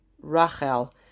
Rachel